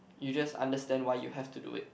you just understand why you have to do it